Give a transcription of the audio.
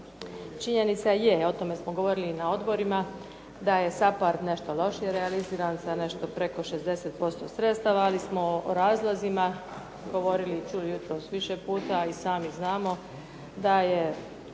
Činjenica je o tome smo govorili i na odborima da je SAPARD nešto lošije realiziran za nešto preko 60% sredstava, ali smo o razlozima govorili i čuli jutros više puta, a i sami znamo da je